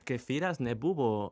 kefyras nebuvo